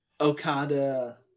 Okada